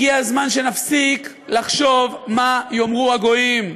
הגיע הזמן שנפסיק לחשוב מה יאמרו הגויים.